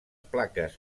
plaques